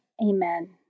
Amen